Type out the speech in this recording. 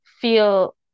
feel